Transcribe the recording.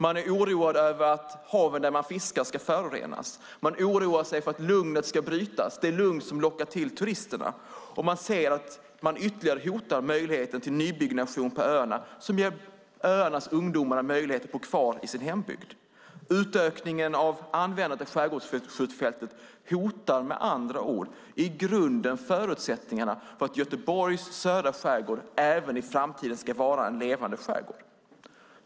De är oroade över att havet där de fiskar ska förorenas. De oroar sig för att lugnet ska brytas, det lugn som lockar turisterna. Och de ser att man ytterligare hotar möjligheten till nybyggnation på öarna som ger öarnas ungdomar en möjlighet att bo kvar i sin hembygd. Utökningen av användandet av skärgårdsskjutfältet hotar med andra ord i grunden förutsättningarna för att Göteborgs södra skärgård även i framtiden ska vara en levande skärgård.